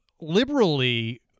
liberally